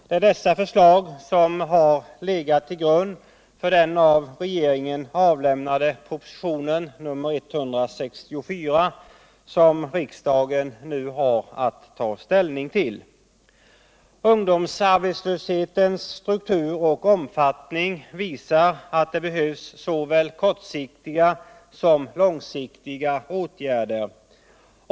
Det är dessa förslag som har legat till grund för den av regeringen avlämnade propositionen 164, som riksdagen nu har att ta ställning till. Ungdomsarbetslöshetens struktur och omfattning visar att det behövs såväl kortsiktiga som långsiktiga åtgärder.